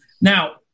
Now